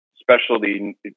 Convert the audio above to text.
specialty